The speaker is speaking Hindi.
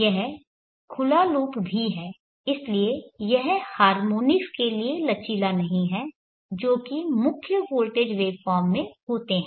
यह खुला लूप भी है इसलिए यह हार्मोनिक्स के लिए लचीला नहीं है जो कि मुख्य वोल्टेज वेवफॉर्म में होते हैं